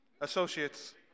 associates